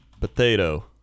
potato